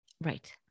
Right